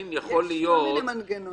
יש כל מיני מנגנונים.